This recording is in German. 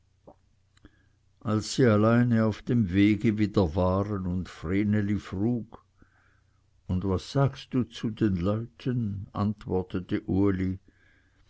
als sie alleine auf dem wege wieder waren und vreneli frug und was sagst zu den leuten antwortete uli